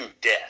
death